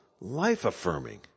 life-affirming